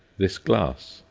this glass.